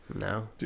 No